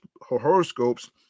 horoscopes